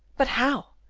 but how?